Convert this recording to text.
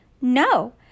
No